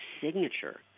signature